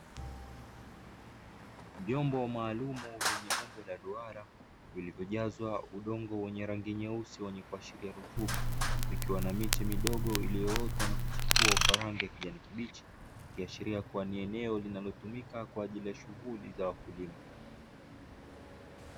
Vyombo maalumu vyenye umbo la duara, vilivyo jazwa udongo wenye rangi nyeusi wenye kuashiria rutuba, vikiwa na miche midogo uliyoota na kuchipua kwa rangi ya kijani kibichi, ikiashiria kuwa ni eneo linalotumika kwa ajili ya shughuli za wakulima.